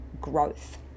growth